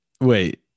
Wait